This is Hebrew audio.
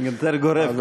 היתר גורף,